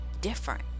different